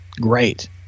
great